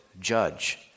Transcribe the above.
judge